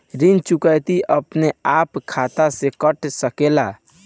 ऋण चुकौती अपने आप खाता से कट सकेला?